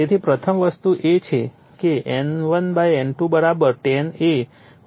તેથી પ્રથમ વસ્તુ એ છે કે N1 N2 10 એ 1 101 10 છે